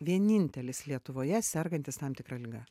vienintelis lietuvoje sergantis tam tikra liga